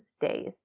days